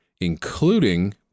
including